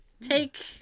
Take